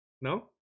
No